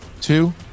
two